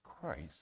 Christ